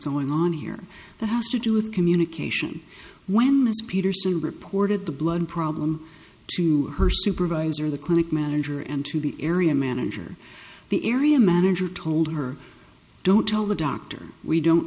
going on here the has to do with communication when mrs peterson reported the blood problem to her supervisor the clinic manager and to the area manager the area manager told her don't tell the doctor we don't